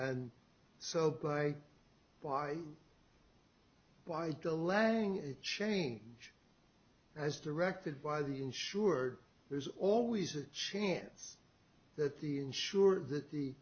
and so by by by delenn a change as directed by the insurer there's always a chance that the ensure that the